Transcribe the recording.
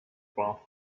bath